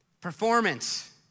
performance